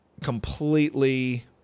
completely